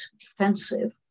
defensive